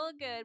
good